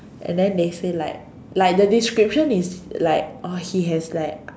and then they say like like the description is like oh he has like